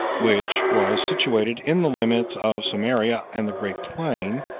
which was situated in the limits of samaria and the great plain,